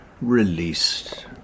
released